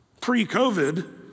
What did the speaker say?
pre-COVID